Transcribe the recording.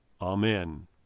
Amen